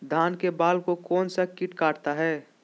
धान के बाल को कौन सा किट काटता है?